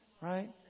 Right